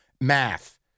math